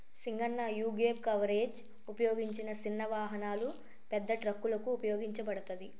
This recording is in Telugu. సింగన్న యీగేప్ కవరేజ్ ఉపయోగించిన సిన్న వాహనాలు, పెద్ద ట్రక్కులకు ఉపయోగించబడతది